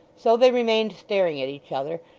so they remained staring at each other,